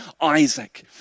Isaac